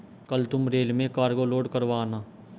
कल तुम रेल में कार्गो लोड करवा आना